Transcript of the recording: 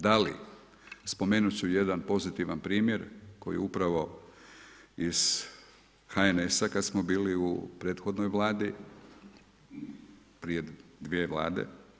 Da li, spomenuti ću jedan pozitivan primjer koji upravo iz HNS-a kad smo bili u prethodnoj Vladi, prije dvije vlade.